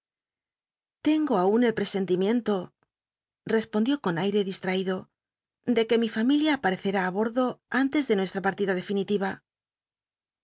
tengo aun el presentimiento respondió con aire disllaido de que mi familia aparecei í á bordo antes de nuestra pal'tida defin